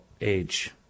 age